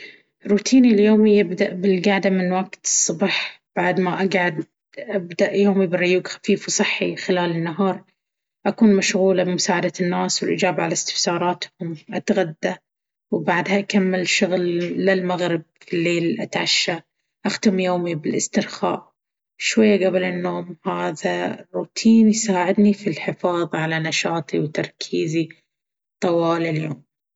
روتيني اليومي يبدأ بالقعدة من وقت الصبح. بعد ما أقعد، أبدأ يومي بريوق خفيف وصحي. خلال النهار، أكون مشغولة بمساعدة الناس والإجابة على استفساراتهم. أتغدى، وبعدها أكمل شغل للمغرب. في الليل، أتعشى. أختم يومي بالاسترخاء شوي قبل النوم. هذا الروتين يساعدني في الحفاظ على نشاطي وتركيزي طوال اليوم.